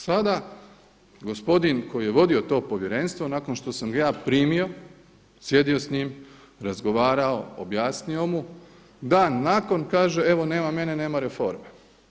Sada gospodin koji je vodio to povjerenstvo nakon što sam ga ja primio, sjedio s njim, razgovarao, objasnio mu dan nakon kaže evo nema mene, nema reforme.